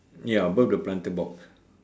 ya above the planter box